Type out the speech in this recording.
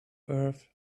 earth